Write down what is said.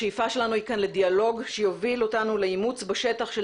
השאיפה שלנו כאן היא לדיאלוג שיוביל אותנו לאימוץ בשטח של